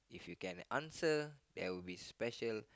if you get the answer there will be a special